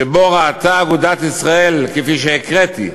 שבה ראתה אגודת ישראל, כפי שהקראתי,